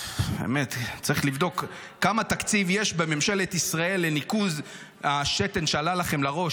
צריך לבדוק כמה תקציב יש בממשלת ישראל לניקוז השתן שעלה לכם לראש,